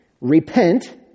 Repent